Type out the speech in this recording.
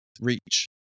reach